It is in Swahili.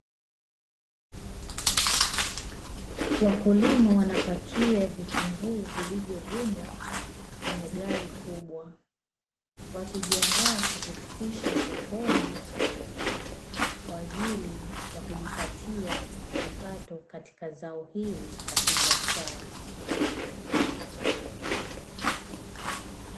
Wakulima wanapakia vitunguu vilivyovunwa kwenye gari kubwa, wakijiandaa kuvifikisha sokoni kwa ajili ya kujipatia kipato katika zao hili la kibiashara.